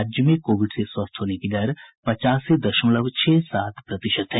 राज्य में कोविड से स्वस्थ होने की दर पचासी दशमलव छह सात प्रतिशत है